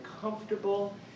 comfortable